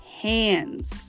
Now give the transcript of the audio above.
hands